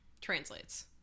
Translates